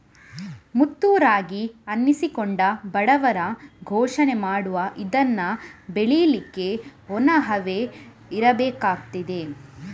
ಮುತ್ತು ರಾಗಿ ಅನ್ನಿಸಿಕೊಂಡ ಬಡವರ ಪೋಷಣೆ ಮಾಡುವ ಇದನ್ನ ಬೆಳೀಲಿಕ್ಕೆ ಒಣ ಹವೆ ಇರ್ಬೇಕಾಗ್ತದೆ